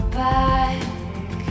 back